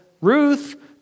Ruth